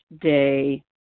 day